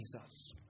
Jesus